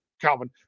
Calvin